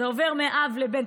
זה עובר מאב לבן.